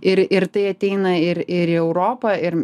ir ir tai ateina ir ir į europą ir